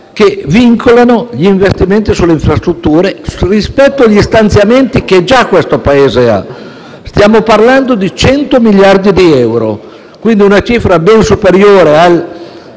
che vincolano gli investimenti sulle infrastrutture nonostante gli stanziamenti siano già previsti. Stiamo parlando di 100 miliardi di euro, quindi una cifra ben superiore ai